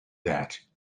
that